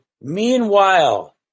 meanwhile